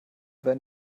wenn